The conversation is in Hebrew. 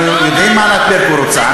אנחנו יודעים מה ענת ברקו רוצה.